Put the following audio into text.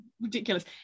ridiculous